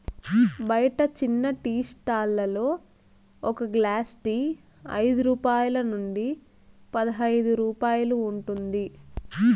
బయట చిన్న tea stall లలో ఒక గ్లాస్ టీ ఐదు రూపాయల నుంచి పదైదు రూపాయలు ఉంటుంది